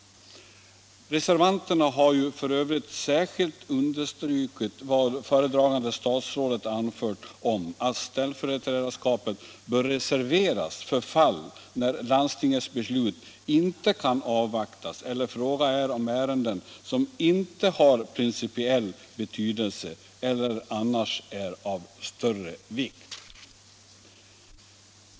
Reservanterna har ju för övrigt särskilt understrukit vad föredragande statsrådet anfört om att ställföreträdarskapet bör reserveras för fall när landstingets beslut inte kan avvaktas eller när det är fråga om ärenden som inte har principiell betydelse eller annars är av större vikt.